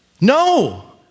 No